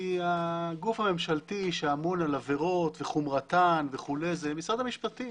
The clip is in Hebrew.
כי הגוף הממשלתי שאמון על עבירות וחומרתן וכו' זה משרד המשפטים.